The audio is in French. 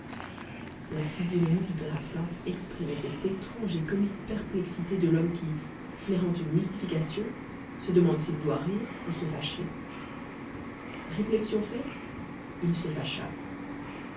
la physionomie du père absinthe exprimait cette étrange et comique perplexité de l'homme qui flairant une mystification se demande s'il doit rire ou se fâcher réflexions faites il se fâcha